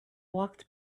walked